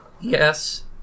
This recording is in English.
yes